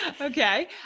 Okay